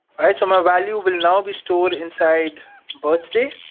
alright, so my value will now be stored inside birthday,